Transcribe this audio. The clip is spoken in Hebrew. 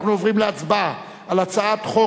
אנחנו עוברים להצבעה על הצעת חוק